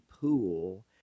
pool